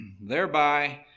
Thereby